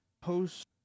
post